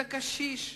את הקשיש.